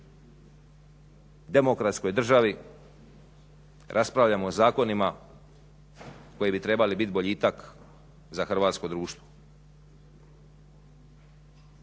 demokratskoj državi raspravljamo o zakonima koji bi trebali biti boljitak za hrvatsko društvo.